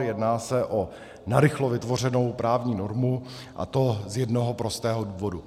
Jedná se o narychlo vytvořenou právní normu, a to z jednoho prostého důvodu.